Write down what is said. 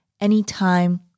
anytime